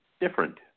different